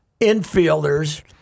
infielders